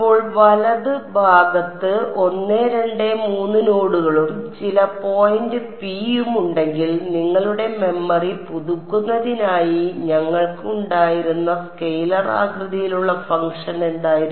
അപ്പോൾ വലത് ഭാഗത്ത് 1 2 3 നോഡുകളും ചില പോയിന്റ് P ഉം ഉണ്ടെങ്കിൽ നിങ്ങളുടെ മെമ്മറി പുതുക്കുന്നതിനായി ഞങ്ങൾക്ക് ഉണ്ടായിരുന്ന സ്കെയിലർ ആകൃതിയിലുള്ള ഫംഗ്ഷൻ എന്തായിരുന്നു